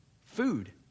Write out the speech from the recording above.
Food